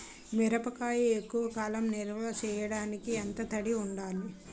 మిరపకాయ ఎక్కువ కాలం నిల్వ చేయటానికి ఎంత తడి ఉండాలి?